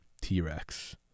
T-Rex